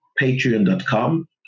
patreon.com